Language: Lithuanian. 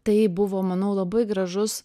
tai buvo manau labai gražus